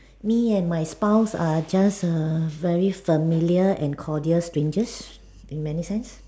me and my spouse are just err very familiar and cordial strangers in many sense